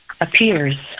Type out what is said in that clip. appears